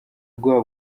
ubwoba